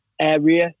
area